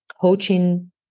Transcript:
coaching